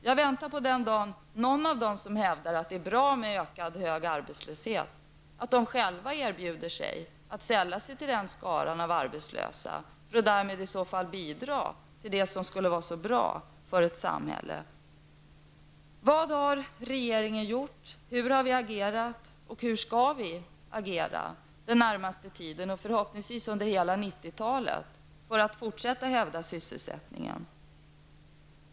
Jag väntar på den dag då någon som säger att det är bra med högre arbetslöshet själv erbjuder sig att sälla sig till skaran av arbetslösa för att på så sätt bidra till det som skulle vara så bra för ett samhälle. Vad har regeringen gjort, hur har vi agerat och hur skall vi agera den närmaste tiden -- och förhoppningsvis under hela 90-talet -- för att kunna klara sysselsättningen?